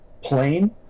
plane